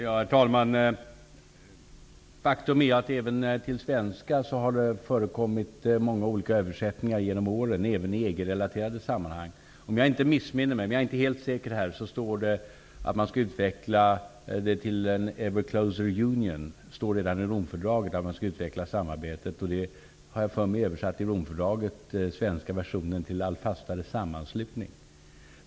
Herr talman! Faktum är att det genom åren även i EG-relaterade sammanhang har förekommit många olika översättningar till svenska. Om jag inte missminner mig står det i Romfördraget att samarbetet skall utvecklas som ''an ever closer union''. I den svenska versionen av Romfördraget har detta översatts till ''en allt fastare sammanslutning''.